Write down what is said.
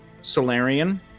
Solarian